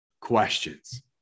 questions